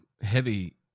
heavy